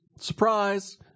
Surprise